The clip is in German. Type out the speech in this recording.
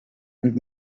und